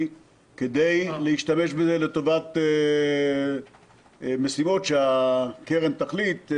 כדי להשתמש בזה לטובת משימות שהקרן תחליט.